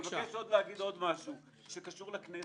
אני מבקש לומר עוד משהו שקשור לכנסת.